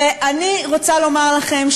ואני רוצה לומר לכם שאין,